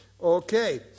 Okay